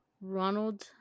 Ronald